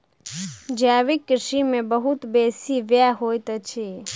जैविक कृषि में बहुत बेसी व्यय होइत अछि